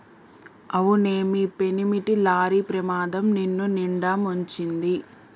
అవునే మీ పెనిమిటి లారీ ప్రమాదం నిన్నునిండా ముంచింది